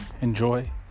enjoy